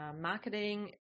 marketing